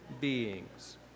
beings